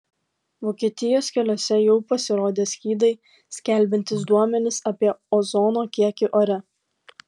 vokietijos keliuose jau pasirodė skydai skelbiantys duomenis apie ozono kiekį ore